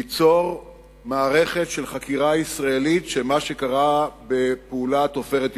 ליצור מערכת של חקירה ישראלית של מה שקרה בפעולת "עופרת יצוקה".